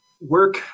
work